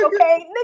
Okay